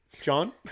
John